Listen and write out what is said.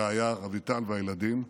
הרעיה רויטל והילדים,